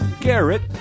Garrett